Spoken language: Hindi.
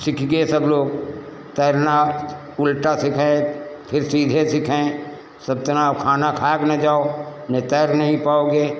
सब गए सब लोग तैरना उल्टा सीखे फिर सीधे सीखे सब तना और खाना खाए के न जाओ नहीं तैर नहीं पाओगे